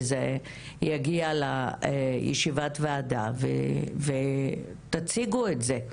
וזה יגיע לישיבת ועדה ותציגו את זה.